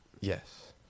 yes